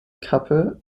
kappe